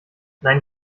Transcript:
nein